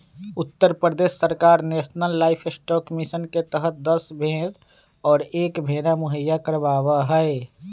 उत्तर प्रदेश सरकार national livestock mission के तहद दस भेंड़ और एक भेंड़ा मुहैया करवावा हई